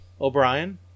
O'Brien